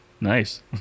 Nice